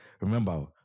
remember